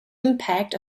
impact